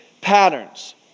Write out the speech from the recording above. patterns